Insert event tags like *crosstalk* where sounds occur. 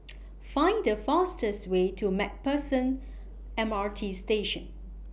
*noise* Find The fastest Way to MacPherson M R T Station